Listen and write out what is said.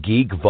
Geek